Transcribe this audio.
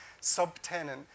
subtenant